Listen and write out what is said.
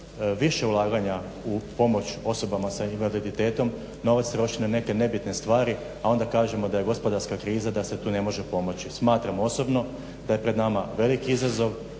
više ulaganja u pomoć osobama sa invaliditetom novac troši na neke nebitne stvari, a onda kažemo da je gospodarska kriza, da se tu ne može pomoći. Smatram osobno da je pred nama veliki izazov